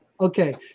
Okay